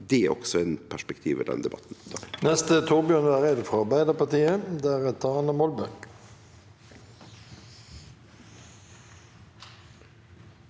er også eit perspektiv i denne debatten.